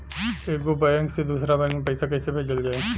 एगो बैक से दूसरा बैक मे पैसा कइसे भेजल जाई?